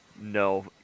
No